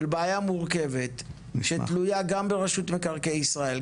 בעיה מורכבת שתלויה גם ברשות מקרקעי ישראל,